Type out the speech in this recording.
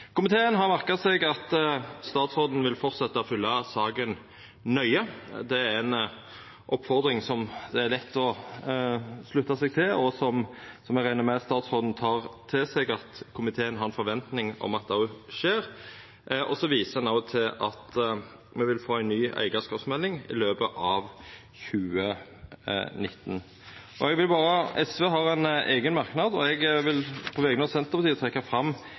Komiteen har merka seg at statsråden vil fortsetta å fylgja saka nøye. Det er ei oppfordring som det er lett å slutta seg til, og eg reknar med at statsråden tek til seg at komiteen har ei forventning om at det skjer òg. Så viser ein også til at me vil få ei ny eigarskapsmelding i løpet av 2019. SV har ein eigen merknad. Eg vil på vegner av Senterpartiet trekkja fram eitt punkt i han som eg meiner er relevant, og det er å